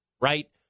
right